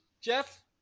Jeff